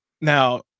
Now